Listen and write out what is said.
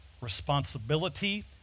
responsibility